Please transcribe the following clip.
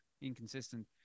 inconsistent